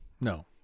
No